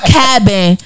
cabin